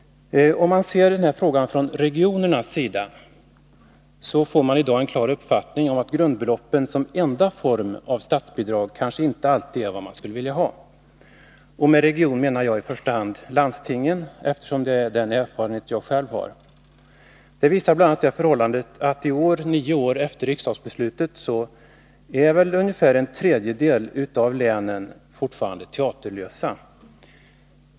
Från regionernas sida har man i dag en klar uppfattning om att grundbeloppen som enda form av statsbidrag inte alltid är vad man skulle vilja ha — och med regioner menar jag i första hand landstingen, eftersom det är därifrån min egen erfarenhet härrör. Detta visas bl.a. av förhållandet att ungefär en tredjedel av länen fortfarande i år, nio år efter riksdagsbeslutet, är teaterlösa.